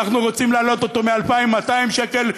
אנחנו רוצים להעלות אותו מ-2,200 שקלים,